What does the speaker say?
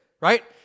right